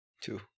Two